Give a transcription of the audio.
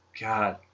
God